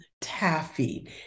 Taffy